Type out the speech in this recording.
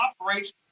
operates